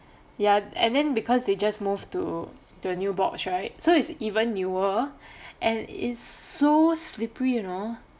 ya and then because they just move to to a new box right so it's even newer and it's so slippery you know